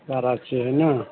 सारा है ना